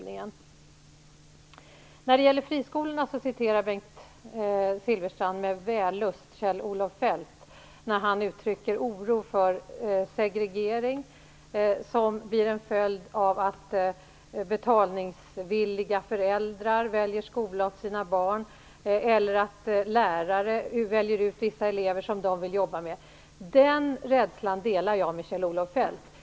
När det gäller friskolorna citerade Bengt Silfverstrand med vällust Kjell-Olof Feldt när han uttryckte oro för den segregering som blir en följd av att betalningsvilliga föräldrar väljer skola åt sina barn eller av att lärare väljer ut vissa elever som de vill jobba med. Den rädslan delar jag med Kjell-Olof Feldt.